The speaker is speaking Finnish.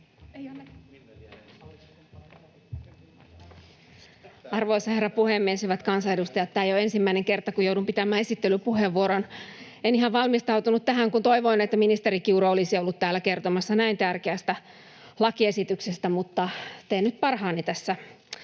Arvoisa herra puhemies, hyvät kansanedustajat! Tämä ei ole ensimmäinen kerta, kun joudun pitämään esittelypuheenvuoron. En ihan valmistautunut tähän, kun toivoin, että ministeri Kiuru olisi ollut täällä kertomassa näin tärkeästä lakiesityksestä, mutta teen nyt parhaani tässä